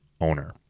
owner